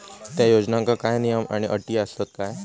त्या योजनांका काय नियम आणि अटी आसत काय?